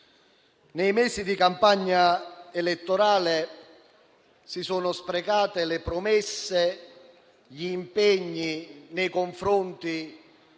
Nei mesi di campagna elettorale si sono sprecate le promesse e gli impegni nei confronti